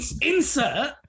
Insert